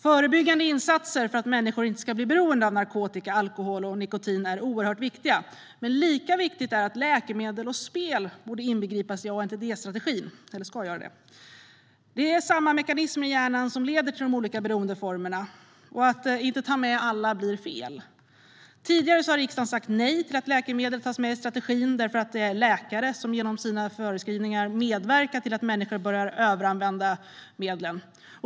Förebyggande insatser för att människor inte ska bli beroende av narkotika, alkohol och nikotin är oerhört viktiga. Men lika viktigt är det att läkemedel och spel inbegrips i ANDT-strategin. Det är samma mekanismer i hjärnan som leder till de olika beroendeformerna. Att inte ta med alla blir fel. Tidigare har riksdagen sagt nej till att läkemedel tas med i strategin därför att det är läkare som genom sina förskrivningar medverkar till att människor börjar överanvända medlen.